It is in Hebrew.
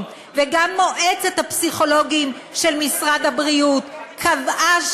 וגם מועצת הפסיכולוגים של משרד הבריאות קבעו,